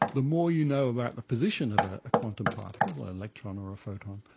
the more you know about the position of ah a quantum particle, an electron or a photon,